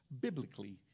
biblically